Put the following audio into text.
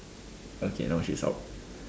okay no